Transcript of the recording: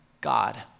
God